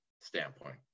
standpoint